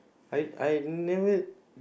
I I never